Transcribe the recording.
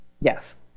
yes